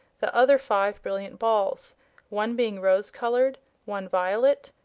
the other five brilliant balls one being rose colored, one violet,